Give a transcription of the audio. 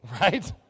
Right